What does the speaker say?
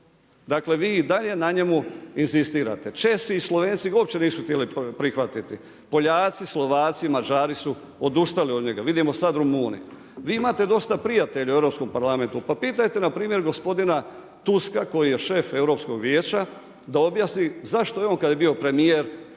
Dakle, vi i dalje na njemu inzistirate. Česi i Slovenci uopće nisu htjeli prihvatiti, Poljaci, Slovaci, Mađari su odustali od njega, vidimo sad Rumunji. Vi imate dosta prijatelja u Europskom parlamentu, pa pitajte, npr. gospodina Tuska koji je šef Europskog vijeća, da objasni zašto je on kada je bio premjer